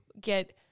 get